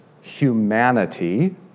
humanity